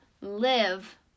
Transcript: live